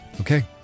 Okay